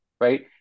right